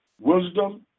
wisdom